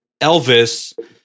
Elvis